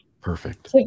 Perfect